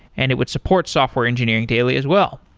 and it would support software engineering daily as well.